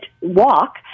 walk